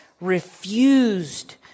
refused